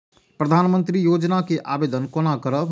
प्रधानमंत्री योजना के आवेदन कोना करब?